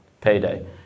payday